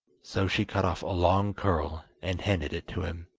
so she cut off a long curl, and handed it to him.